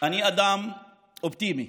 אני אדם אופטימי